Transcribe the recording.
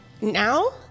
now